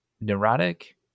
neurotic